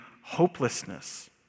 hopelessness